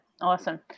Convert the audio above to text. awesome